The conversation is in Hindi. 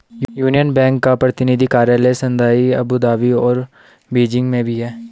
यूनियन बैंक का प्रतिनिधि कार्यालय शंघाई अबू धाबी और बीजिंग में भी है